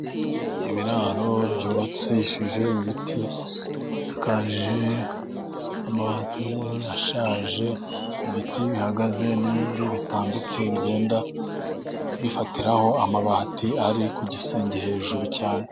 Ibiraro byubakishije ibiti ,bisakage amabati ashaje, ibiti bihagaze n'ibindi bitambitse, bigenda bifatiraho amabati ari ku gisenge hejuru cyane.